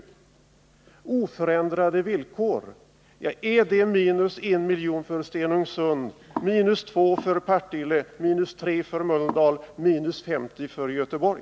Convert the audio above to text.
Betyder ”oförändrade villkor” minus 1 miljon för Stenungsund, minus 2 för Partille, minus 3 för Mölndal och minus 50 miljoner för Göteborg?